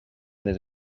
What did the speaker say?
les